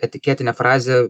etiketinę frazę